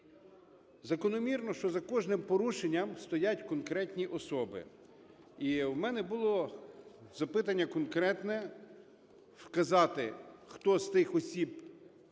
Закономірно, що за кожним порушенням стоять конкретні особи. І у мене було запитання конкретне: вказати, хто з тих осіб,